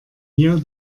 hier